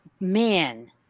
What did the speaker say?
man